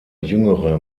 jüngere